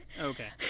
Okay